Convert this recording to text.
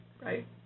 right